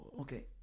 okay